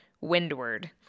windward